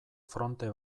fronte